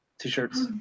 T-shirts